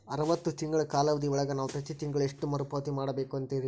ಅರವತ್ತು ತಿಂಗಳ ಕಾಲಾವಧಿ ಒಳಗ ನಾವು ಪ್ರತಿ ತಿಂಗಳು ಎಷ್ಟು ಮರುಪಾವತಿ ಮಾಡಬೇಕು ಅಂತೇರಿ?